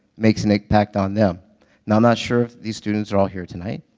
makes an impact on them. now, i'm not sure if these students are all here tonight.